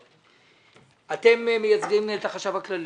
אתם מייצגים את החשב הכללי.